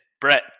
Brett